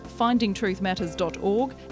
findingtruthmatters.org